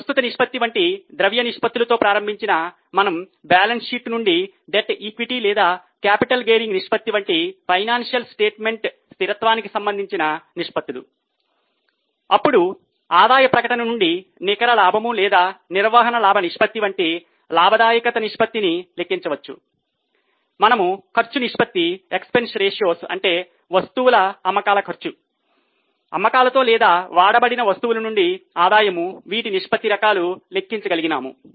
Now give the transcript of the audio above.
ప్రస్తుత నిష్పత్తి వంటి ద్రవ్య నిష్పత్తులతో ప్రారంభించిన మనము బ్యాలెన్స్ షీట్ నుండి డెట్ ఈక్విటీ లేదా క్యాపిటల్ గేరింగ్ నిష్పత్తి వంటి ఫైనాన్షియల్ స్టేట్మెంట్ స్థిరత్వానికి సంబంధించిన నిష్పత్తులు అప్పుడు ఆదాయ ప్రకటన నుండి నికర లాభం లేదా నిర్వహణ లాభ నిష్పత్తి వంటి లాభదాయకత నిష్పత్తిని లెక్కించవచ్చు మనము ఖర్చు నిష్పత్తి అంటే వస్తువుల అమ్మకాల ఖర్చు అమ్మకాలతో లేదా వాడబడిన వస్తువులు నుండి ఆదాయము వీటి నిష్పత్తి రకాలు లెక్కించగలిగినాము